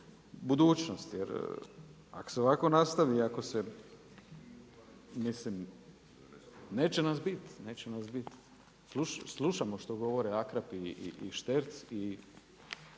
budućnost jer ako se ovako nastavi, mislim neće nas biti. Slušamo što govore Akrap i Šterc i